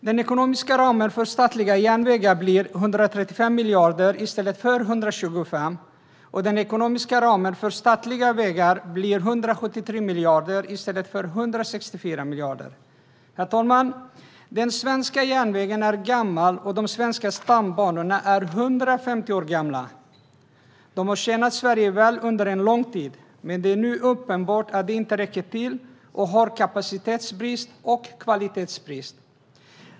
Den ekonomiska ramen för statliga järnvägar blir 135 miljarder i stället för 125, och den ekonomiska ramen för statliga vägar blir 173 miljarder i stället för 164 miljarder. Herr talman! Den svenska järnvägen är gammal, och de svenska stambanorna är 150 år gamla. De har tjänat Sverige väl under lång tid, men det är nu uppenbart att de inte räcker till. De har kapacitetsbrist och kvalitetsbrist.